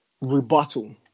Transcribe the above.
Rebuttal